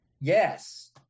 Yes